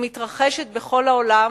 היא מתרחשת בכל העולם,